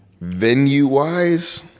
Venue-wise